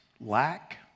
lack